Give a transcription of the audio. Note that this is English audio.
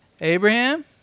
Abraham